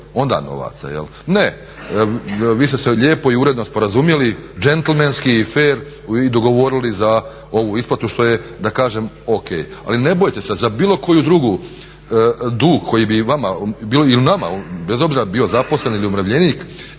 onda novaca? Ne. Vi ste se lijepo i uredno sporazumjeli džentlmenski i fer i dogovorili za ovu isplatu što je da kažem o.k. Ali ne bojte se, za bilo koju drugu dug koji bi vama ili nama bez obzira bio zaposlen ili umirovljenik